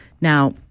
Now